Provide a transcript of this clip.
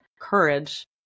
courage